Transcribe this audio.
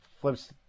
flips